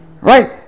Right